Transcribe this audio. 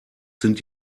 sind